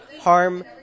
harm